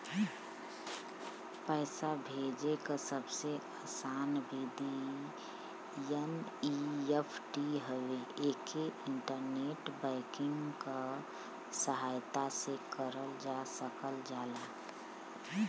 पैसा भेजे क सबसे आसान विधि एन.ई.एफ.टी हउवे एके इंटरनेट बैंकिंग क सहायता से करल जा सकल जाला